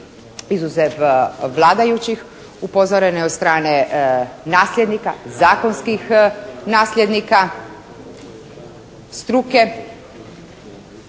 izuzev vladajućih, upozoreno je od strane nasljednika, zakonskih nasljednika, struke,